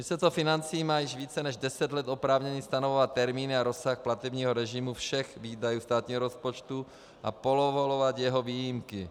Ministerstvo financí má již více než deset let oprávnění stanovovat termíny a rozsah platebního režimu všech výdajů státního rozpočtu a povolovat jeho výjimky.